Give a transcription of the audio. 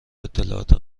اطلاعات